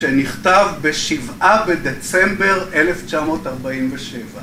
שנכתב בשבעה בדצמבר 1947